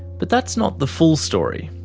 but that's not the full story.